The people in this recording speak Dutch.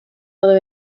hadden